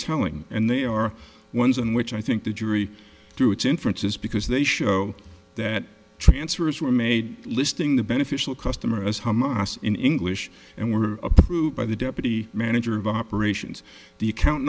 telling and they are ones in which i think the jury through its inferences because they show that transfers were made listing the beneficial customers hamas in english and were approved by the deputy manager of operations the account